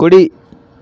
కుడి